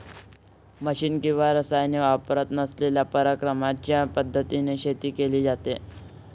machine किंवा रसायने वापरत नसलेल्या परमाकल्चर पद्धतीने शेती केली जाते